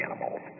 animals